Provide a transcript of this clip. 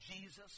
Jesus